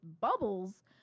bubbles